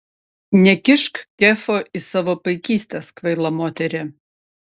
nekišk kefo į savo paikystes kvaila moterie